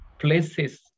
places